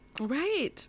right